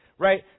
Right